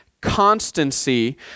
constancy